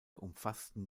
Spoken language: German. umfassten